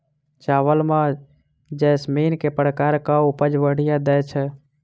चावल म जैसमिन केँ प्रकार कऽ उपज बढ़िया दैय छै?